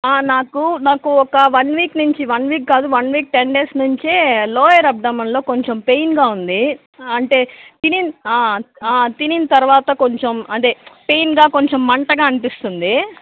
నాకు నాకు ఒక వన్ వీక్ నుంచి వన్ వీక్ కాదు వన్ వీక్ టెన్ డేస్ నుంచి లోయర్ అబ్డోమెన్ లో కొంచెం పెయిన్ గా ఉంది అంటే తిని తినిన తర్వాత కొంచెం అదే పెయిన్ గా కొంచెం మంటగా అనిపిస్తుంది